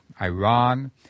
Iran